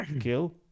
kill